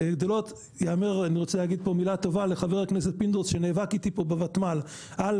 אני רוצה להגיד פה מילה טובה לח"כ פינדרוס שנאבק איתי פה בותמ"ל על